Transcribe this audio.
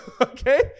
okay